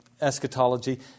eschatology